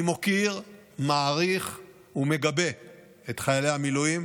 אני מוקיר, מעריך ומגבה את חיילי המילואים